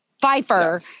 Pfeiffer